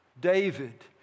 David